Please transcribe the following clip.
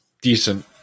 decent